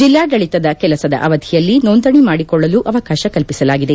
ಜಿಲ್ಲಾಡಳತದ ಕೆಲಸದ ಅವಧಿಯಲ್ಲಿ ನೋಂದಣಿ ಮಾಡಿಕೊಳ್ಳಲು ಅವಕಾಶ ಕಲ್ಪಸಲಾಗಿದೆ